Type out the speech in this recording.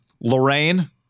Lorraine